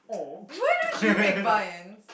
why don't you make vine